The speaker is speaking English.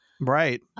Right